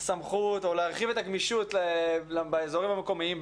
סמכות או להרחיב את הגמישות באזורים המקומיים,